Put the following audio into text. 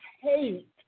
hate